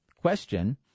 question